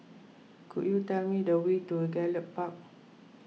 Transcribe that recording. could you tell me the way to Gallop Park